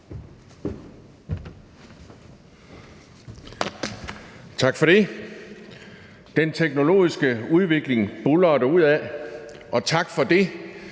Tak for det. Den teknologiske udvikling buldrer derudad, og tak for det.